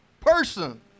person